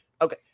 Okay